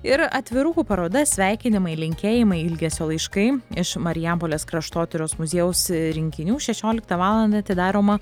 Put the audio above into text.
ir atvirukų paroda sveikinimai linkėjimai ilgesio laiškai iš marijampolės kraštotyros muziejaus rinkinių šešioliktą valandą atidaroma